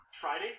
Friday